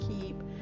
keep